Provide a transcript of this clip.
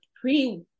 pre